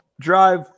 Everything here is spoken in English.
drive